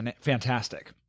fantastic